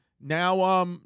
now